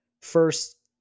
First